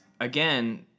again